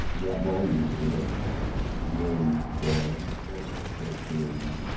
that night he he looked really down and i said to him,